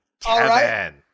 Kevin